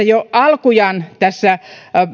jo alkujaan tässä